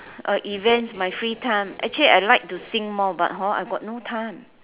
uh events my free time actually I like to sing more but hor I got no time